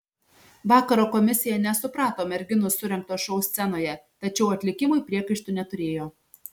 vakaro komisija nesuprato merginų surengto šou scenoje tačiau atlikimui priekaištų neturėjo